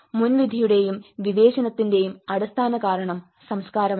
മുൻവിധിയുടെയും വിവേചനത്തിന്റെയും അടിസ്ഥാന കാരണം സംസ്കാരമാണ്